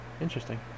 Interesting